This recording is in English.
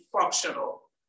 functional